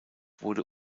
wurde